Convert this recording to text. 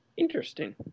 Interesting